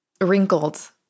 wrinkled